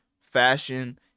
fashion